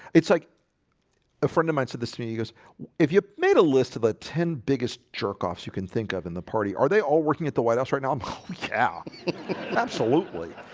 it's like a friend of mine said this to me he goes if you made a list of the ten biggest jerk-offs, you can think of in the party. are they all working at the white house right now? i'm yeah absolutely,